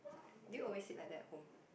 do you always sit like that at home